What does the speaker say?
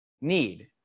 need